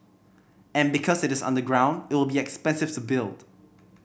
and because it is underground it will be expensive to build